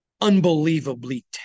unbelievably